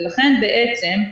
ולכן, בעצם,